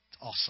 Awesome